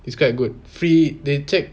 it's quite good free they check